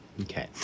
Okay